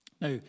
Now